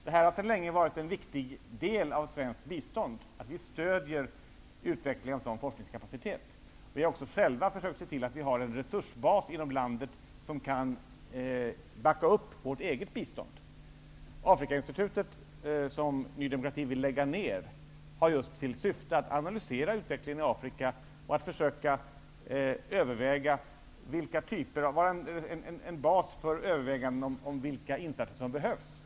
Det har sedan länge varit en viktig del av svenskt bistånd att vi stödjer utveckling av en sådan forskningskapacitet. Vi har också själva försökt att se till att vi har en resursbas inom landet som kan backa upp vårt eget bistånd. Afrikainstitutet, som Ny demokrati vill lägga ner, har just till syfte att analysera utvecklingen i Afrika. Det skall utgöra en bas för överväganden om vilka insatser som behövs.